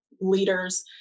leaders